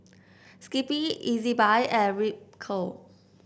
Skippy Ezbuy and Ripcurl